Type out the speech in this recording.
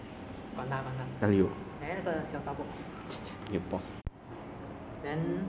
真去来说 what's the course name um I have no idea